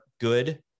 good